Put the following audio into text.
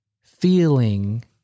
feeling